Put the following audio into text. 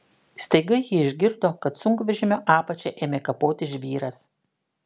staiga ji išgirdo kad sunkvežimio apačią ėmė kapoti žvyras